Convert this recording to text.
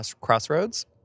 crossroads